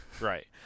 Right